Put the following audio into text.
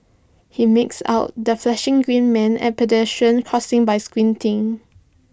he makes out the flashing green man at pedestrian crossings by squinting